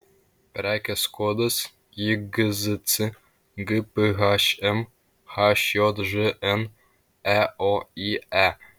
prekės kodas jgzc gphm hjžn eoye